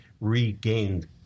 regained